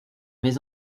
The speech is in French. mes